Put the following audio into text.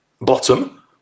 Bottom